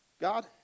God